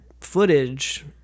footage